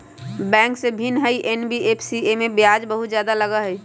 Bank से भिन्न हई एन.बी.एफ.सी इमे ब्याज बहुत ज्यादा लगहई?